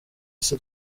isi